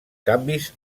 canvis